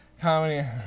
Comedy